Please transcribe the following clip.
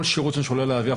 כל שירות שעולה לאוויר,